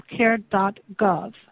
healthcare.gov